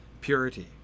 purity